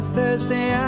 Thursday